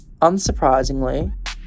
unsurprisingly